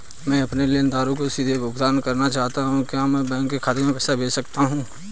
मैं अपने लेनदारों को सीधे भुगतान करना चाहता हूँ क्या मैं अपने बैंक खाते में पैसा भेज सकता हूँ?